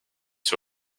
sur